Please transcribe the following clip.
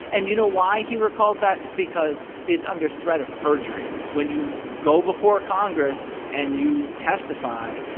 and you know why he recalls that? because it's under threat of perjury. when you go before congress and you testify,